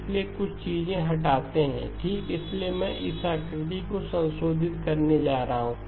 इसलिए कुछ चीजें हटाते हैं ठीक इसलिए मैं इस आकृति को संशोधित करने जा रहा हूं